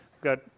got